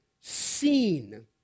seen